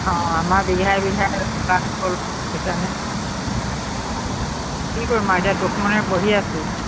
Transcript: অঁ আমাৰ বিঘাই বিঘাই হ'ল বুজিছানে কি কৰিম আও এতিয়া দুখ মনে বহি আছোঁ